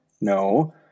No